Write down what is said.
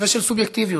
ושל סובייקטיביות.